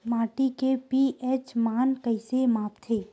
माटी के पी.एच मान कइसे मापथे?